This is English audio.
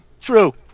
True